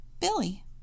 Billy